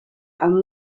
amb